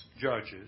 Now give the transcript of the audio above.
judges